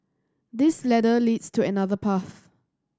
this ladder leads to another path